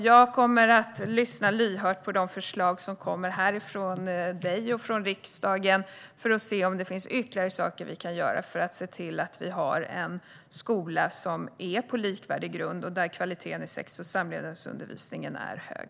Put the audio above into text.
Jag kommer att lyssna lyhört på de förslag som kommer från Hannah Bergstedt och från riksdagen för att se om det finns ytterligare saker vi kan göra för att se till att vi har en skola som vilar på likvärdig grund och där kvaliteten i sex och samlevnadsundervisningen är hög.